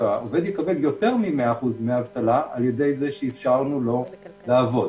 שהעובד יקבל יותר מ-100% דמי אבטלה על-ידי זה שאפשרנו לו לעבוד.